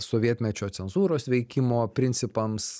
sovietmečio cenzūros veikimo principams